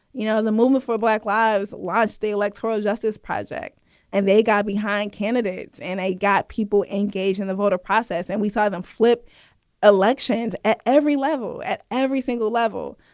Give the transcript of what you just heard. you know, the movement for black lives lost the electoral justice project and they got behind candidates and got people engaged in the voter process. and we saw them flip elections at every level, at every single level.